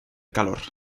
calor